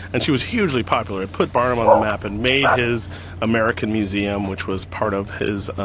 and she was hugely popular, put barnum on the map and made his american museum, which was part of his, ah